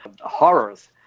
horrors